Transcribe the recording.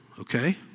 Okay